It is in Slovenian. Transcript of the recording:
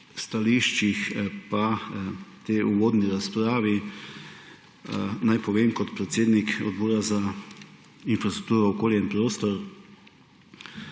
stališčih pa tej uvodni razpravi naj povem kot predsednik Odbora za infrastrukturo, okolje in prostor: